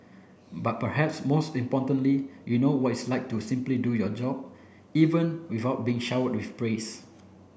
but perhaps most importantly you know what is like to simply do your job even without being showered with praise